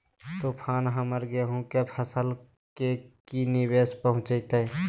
तूफान हमर गेंहू के फसल के की निवेस पहुचैताय?